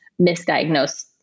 misdiagnosed